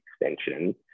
extension